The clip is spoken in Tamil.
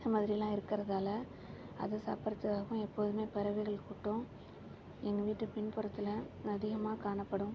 இந்த மாதிரிலாம் இருக்கிறதால அதை சாப்புடிறதுக்காகவும் எப்போதுமே பறவைகள் கூட்டம் எங்கள் வீட்டு பின்புறத்தில் அதிகமாக காணப்படும்